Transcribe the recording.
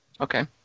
Okay